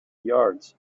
yards